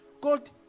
God